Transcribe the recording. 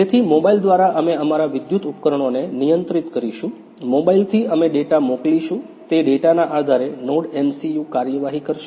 તેથી મોબાઇલ દ્વારા અમે અમારા વિદ્યુત ઉપકરણોને નિયંત્રિત કરીશું મોબાઇલથી અમે ડેટા મોકલીશું તે ડેટાના આધારે NodeMCU કાર્યવાહી કરશે